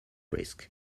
risk